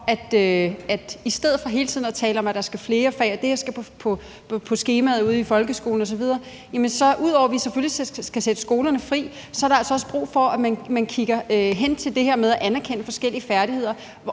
i stedet for hele tiden at tale om, at der skal være flere fag, og at det og det skal på skemaet ude i folkeskolen osv., så at tale om, at vi selvfølgelig skal sætte skolerne fri, og at der altså også er brug for, at man kigger på det her med at anerkende forskellige færdigheder.